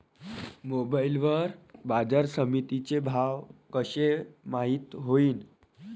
Mobile वर बाजारसमिती चे भाव कशे माईत होईन?